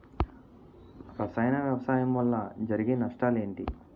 రసాయన వ్యవసాయం వల్ల జరిగే నష్టాలు ఏంటి?